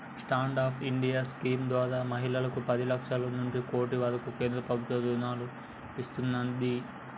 stand up India scheme ద్వారా మహిళలకు పది లక్షల నుంచి కోటి వరకు కేంద్ర ప్రభుత్వం రుణాలను ఇస్తున్నాది